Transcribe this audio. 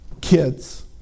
kids